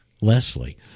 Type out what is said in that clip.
Leslie